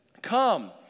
Come